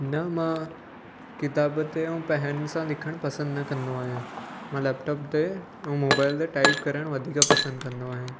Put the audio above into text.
न मां किताब ते ऐं पेन सां लिखणु पसंदि न कंदो आहियां मां लेपटॉप ते ऐं मोबाइल ते टाइप करणु वधीक पसंदि कंदो आहियां